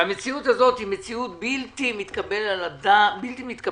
המציאות הזאת היא בלתי מתקבלת על הדעת,